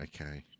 okay